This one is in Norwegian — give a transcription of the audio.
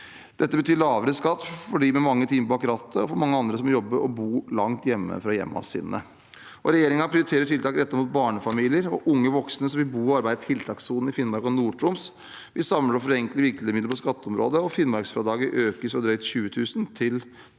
Dette betyr lavere skatt for dem med mange timer bak rattet, og for mange andre som jobber og bor langt hjemmefra. Regjeringen prioriterer tiltak rettet mot barnefamilier og unge voksne som vil bo og arbeide i tiltakssonen i Finnmark og Nord-Troms. Vi samler og forenkler virkemidler på skatteområdet, og finnmarksfradraget økes fra drøyt 20 000 kr til 30 000